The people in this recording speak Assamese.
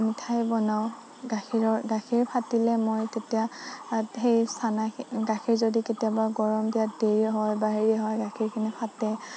মিঠাই বনাও গাখীৰৰ গাখীৰ ফাটিলে মই তেতিয়া সেই চানা গাখীৰ যদি কেতিয়াবা গৰম দিয়াত দেৰি হয় বা হেৰি হয় গাখীৰখিনি ফাটে